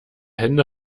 hände